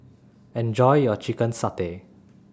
Enjoy your Chicken Satay